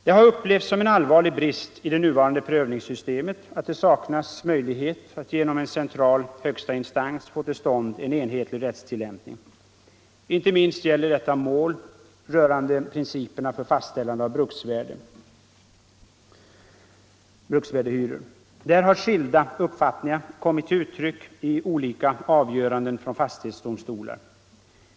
Det har upplevts som en allvarlig brist i det nuvarande prövningssystemet att det saknas möjlighet att genom en central högsta instans få till stånd en enhetlig rättstillämpning. Inte minst gäller detta mål rörande principerna för fastställande av bruksvärdehyror. Där har skilda uppfattningar kommit till uttryck i olika avgöranden från fastighetsdomstolar.